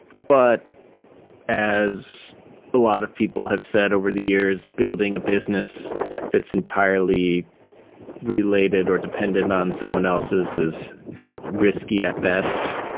but as a lot of people have said over the years, building a business that's entirely related or dependent on someone else's is risky at best.